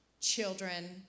Children